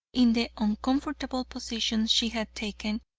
in the uncomfortable position she had taken,